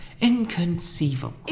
Inconceivable